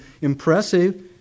impressive